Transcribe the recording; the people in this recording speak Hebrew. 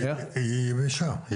היא יבשה.